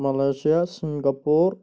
Malaysia Singapore